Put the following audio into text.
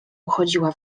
uchodziła